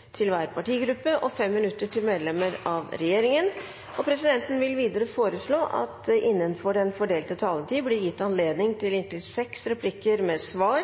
til 5 minutter til hver partigruppe og 5 minutter til medlemmer av regjeringen. Videre vil presidenten foreslå at det blir gitt anledning til replikkordskifte på inntil seks replikker med svar